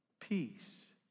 Peace